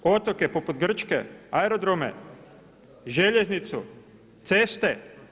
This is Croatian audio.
Otoke poput Grčke, aerodrome, željeznicu, ceste?